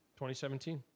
2017